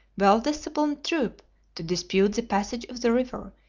well-disciplined troop to dispute the passage of the river,